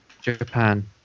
Japan